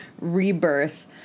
rebirth